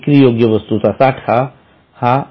विक्रीयोग्य वस्तूंचा साठा हा रु